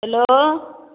hello